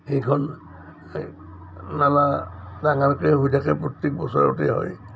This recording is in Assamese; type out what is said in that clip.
সেইখন মেলা ডাঙাৰকৈ হৈ থাকে প্ৰত্যেক বছৰতেই হয়